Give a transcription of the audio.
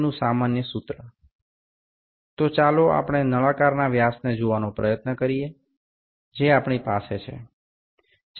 সুতরাং আমাদের যে সিলিন্ডার টি রয়েছে তার ব্যাস টি দেখার চেষ্টা করা যাক